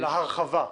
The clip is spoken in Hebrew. להרחבה.